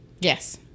Yes